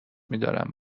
میدارم